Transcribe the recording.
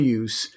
use